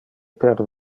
per